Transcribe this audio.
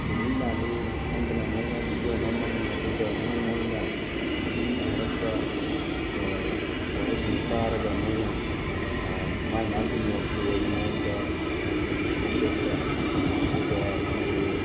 ꯆꯨꯝꯃꯤ ꯂꯥꯜꯂꯤ ꯈꯪꯗꯅ ꯃꯣꯏꯅ ꯚꯤꯗꯤꯑꯣ ꯅꯝꯃꯅꯤ ꯑꯗꯨꯒ ꯃꯣꯏ ꯃꯣꯏꯅ ꯃꯤꯅ ꯍꯥꯏꯔꯛꯄ ꯋꯥꯍꯩꯁꯤꯡ ꯇꯥꯔꯒ ꯃꯣꯏꯅ ꯃꯥ ꯃꯥꯒꯤ ꯃꯣꯠꯀꯤ ꯑꯣꯏꯕ ꯃꯑꯣꯡꯗ ꯐꯣꯡꯗꯣꯛꯄ ꯑꯗꯨꯒ ꯑꯩꯈꯣꯏꯒꯤ